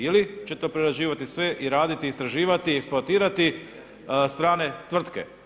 Ili će to prerađivati sve i raditi i istraživati i eksploatirati strane tvrtke?